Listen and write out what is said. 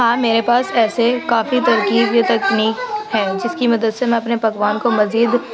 ہاں میرے پاس ایسے کافی ترکیب یا تکنیک ہے جس کی مدد سے میں اپنے پکوان کو مزید